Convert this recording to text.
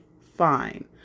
Fine